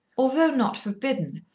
although not forbidden,